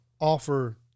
offer